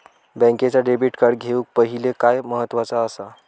बँकेचा debit card घेउक पाहिले काय महत्वाचा असा?